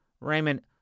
Raymond